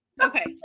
Okay